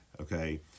Okay